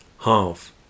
half